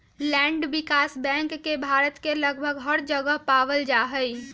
land Vikas bank के भारत के लगभग हर जगह पावल जा हई